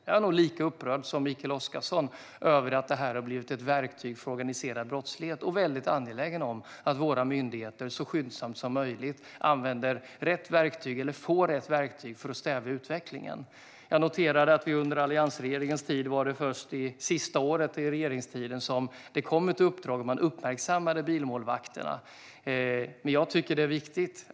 Jag är nog lika upprörd som Mikael Oscarsson över att det här har blivit ett verktyg för organiserad brottslighet, och jag är väldigt angelägen om att myndigheterna så skyndsamt som möjligt använder och får rätt verktyg för att stävja utvecklingen. Jag noterar att det under alliansregeringens tid var först under det sista året av dess regeringstid som man uppmärksammade bilmålvakterna och det kom ett uppdrag.